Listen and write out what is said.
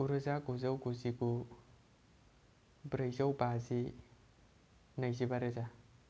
गु रोजा गुजौ गुजिगु ब्रैजौ बाजि नैजिबा रोजा